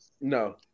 No